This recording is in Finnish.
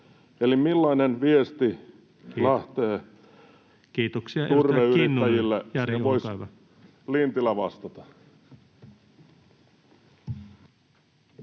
Eli millainen viesti lähtee turveyrittäjille? Siihen